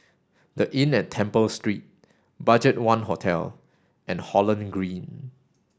the Inn at Temple Street BudgetOne Hotel and Holland Green